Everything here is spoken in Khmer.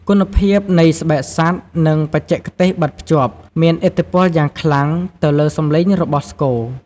គុណភាពនៃស្បែកសត្វ និងបច្ចេកទេសបិទភ្ជាប់ មានឥទ្ធិពលយ៉ាងខ្លាំងទៅលើសម្លេងរបស់ស្គរ។